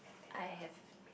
I have